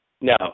No